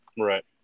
Right